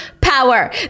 power